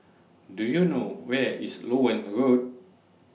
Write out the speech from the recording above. Do YOU know Where IS Loewen Road